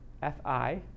fi